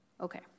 okay